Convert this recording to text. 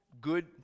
good